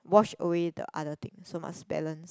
wash away the other thing so must balance